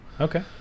okay